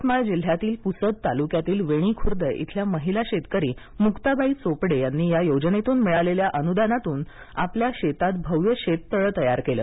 यवतमाळ जिल्हयातील पुसद तालुक्यातील वेणी खुर्द इथल्या महिला शेतकरी मुक्ताबाई चोपडे यांनी या योजनेतून मिळालेल्या अनुदानातुन आपल्या शेतात भव्य शेततळ तयार केलं